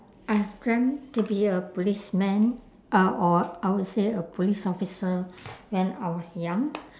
I have dreamt to be a policemen uh or I would say a police officer when I was young